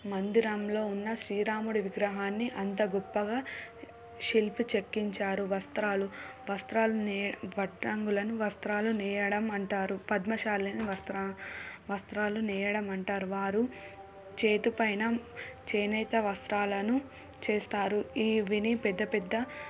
మందిరంలో ఉన్న శ్రీరాముడి విగ్రహాన్ని అంత గొప్పగా శిల్పి చెక్కించారు వస్త్రాలు వస్త్రాలు వస్త్రాలు నేయడం వడ్రంగులను వస్త్రాలు నేయడం అంటారు పద్మశాలిని వస్త్రా వస్త్రాలు నేయడం అంటారు వారు చేతిపైన చేనేత వస్త్రాలను చేస్తారు వీటిని పెద్ద పెద్ద